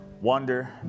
wonder